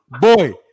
Boy